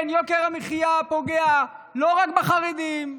כן, יוקר המחיה פוגע לא רק בחרדים,